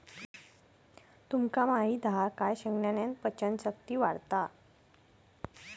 तुमका माहित हा काय शेंगदाण्यान पचन शक्ती वाढता